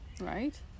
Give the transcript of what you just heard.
right